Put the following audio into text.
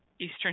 Eastern